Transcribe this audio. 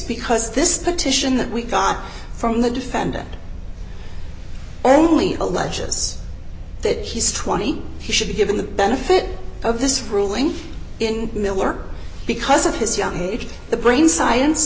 because this petition that we got from the defendant only alleges that he's twenty he should be given the benefit of this ruling in miller because of his young age the brain science